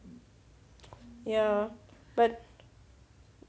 ya but